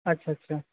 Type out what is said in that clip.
আচ্ছা আচ্ছা